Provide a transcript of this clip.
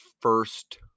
first